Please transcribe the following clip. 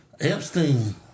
Epstein